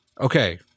Okay